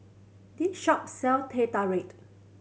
this shop sell Teh Tarik